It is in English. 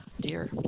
Dear